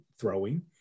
throwing